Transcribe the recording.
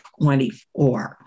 24